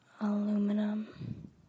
Aluminum